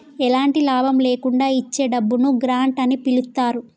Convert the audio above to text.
ఎలాంటి లాభం లేకుండా ఇచ్చే డబ్బును గ్రాంట్ అని పిలుత్తారు